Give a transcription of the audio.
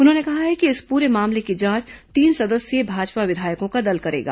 उन्होंने कहा है कि इस पूरे मामले की जांच तीन सदस्यीय भाजपा विधायकों का दल करेगा